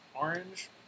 orange